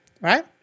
right